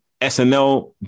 SNL